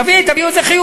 להביא את זה חיובי,